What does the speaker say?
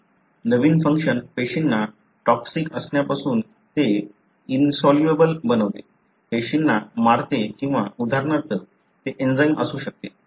नवीन function पेशींना toxic असण्यापासून ते ते इनसॉल्युबल बनते पेशींना मारते किंवा उदाहरणार्थ ते एंजाइम असू शकते